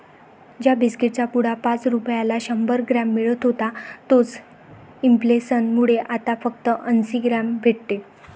ज्या बिस्कीट चा पुडा पाच रुपयाला शंभर ग्राम मिळत होता तोच इंफ्लेसन मुळे आता फक्त अंसी ग्राम भेटते